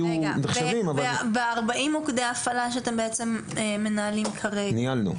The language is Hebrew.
לגבי 40 מוקדי ההפעלה שאתם מנהלנים כרגע --- ניהלנו.